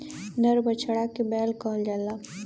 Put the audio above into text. नर बछड़ा के बैल कहल जाला